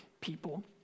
people